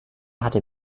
hatte